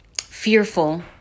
fearful